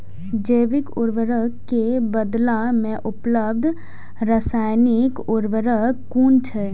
जैविक उर्वरक के बदला में उपलब्ध रासायानिक उर्वरक कुन छै?